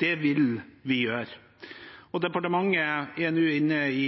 Det vil vi gjøre. Departementet er nå inne i